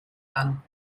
landen